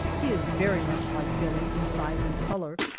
he is very much like billie in size and color,